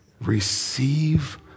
Receive